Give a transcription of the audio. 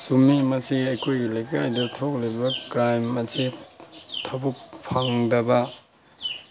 ꯆꯨꯝꯃꯤ ꯃꯁꯤ ꯑꯩꯈꯣꯏꯒꯤ ꯂꯩꯀꯥꯏꯗ ꯊꯣꯛꯂꯤꯕ ꯀ꯭ꯔꯥꯏꯝ ꯑꯁꯦ ꯊꯕꯛ ꯐꯪꯗꯕ